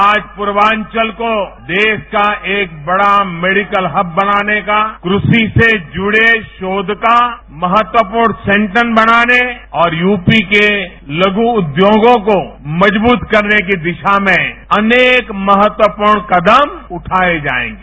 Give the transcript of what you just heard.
आज प्रर्वाचल को देश का एक बड़ा मेडिकल हब बनाने का कृषि से जुड़े शोध का महत्वपूर्ण सेंटर बनाने और यूपी के लघ् उद्योगों को मजबूत करने की दिशा में अनेक महत्वपूर्ण कदम उठाए जाएंगे